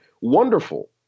wonderful